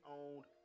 owned